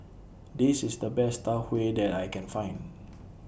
This IS The Best Tau Huay that I Can Find